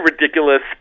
ridiculous